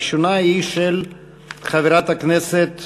הראשונה היא של חברת הכנסת